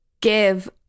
give